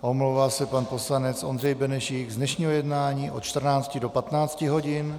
Omlouvá se pan poslanec Ondřej Benešík z dnešního jednání od 14 do 15 hodin.